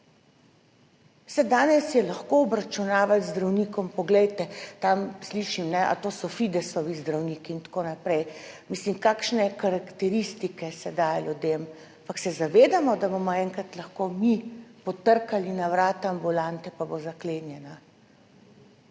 Veste, danes je lahko obračunavati z zdravnikom. Poglejte, tam slišim: »A to so Fidesovi zdravniki?« in tako naprej. Mislim, kakšne karakteristike se daje ljudem. Ampak, ali se zavedamo, da bomo enkrat lahko mi potrkali na vrata ambulante, pa bo zaklenjena.